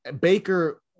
Baker